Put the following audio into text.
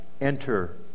enter